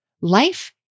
Life